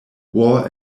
war